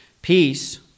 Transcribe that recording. Peace